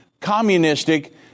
communistic